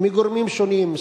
מגורמים שונים.